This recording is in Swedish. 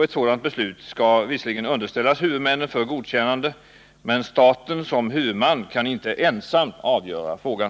Ett sådant beslut skall visserligen underställas huvudmännen för godkännande, men staten som huvudman kan inte ensam avgöra frågan.